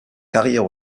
carrière